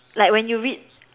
like when you read